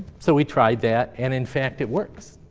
so we tried that and, in fact, it works.